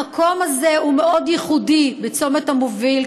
המקום הזה הוא מאוד ייחודי בצומת המוביל,